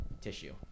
tissue